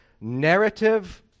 Narrative